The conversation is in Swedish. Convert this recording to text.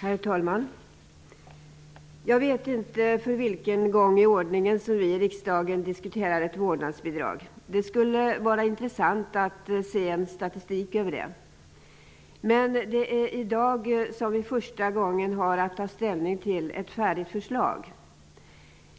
Herr talman! Jag vet inte för vilken gång i ordningen som vi i riksdagen diskuterar ett vårdnadsbidrag. Det skulle vara intressant att se statistik över det. Men det är i dag som vi för första gången har att ta ställning till ett färdigt förslag.